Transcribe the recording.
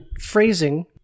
phrasing